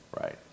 Right